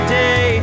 day